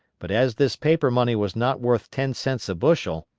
but as this paper money was not worth ten cents a bushel,